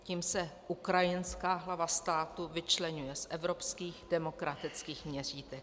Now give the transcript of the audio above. Tím se ukrajinská hlava státu vyčleňuje z evropských demokratických měřítek.